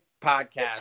podcast